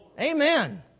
Amen